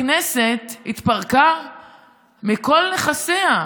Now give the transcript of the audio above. הכנסת התפרקה מכל נכסיה.